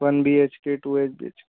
one B H K two H beach